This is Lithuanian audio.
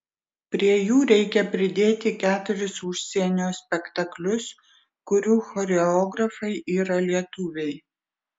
prie jų reikia pridėti keturis užsienio spektaklius kurių choreografai yra lietuviai